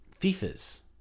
fifa's